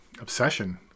obsession